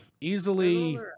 easily